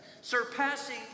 surpassing